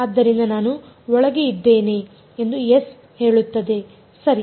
ಆದ್ದರಿಂದ ನಾನು ಒಳಗೆ ಇದ್ದೇನೆ ಎಂದು S ಹೇಳುತ್ತದೆ ಸರಿ